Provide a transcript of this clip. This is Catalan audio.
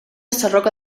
sarroca